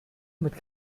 mit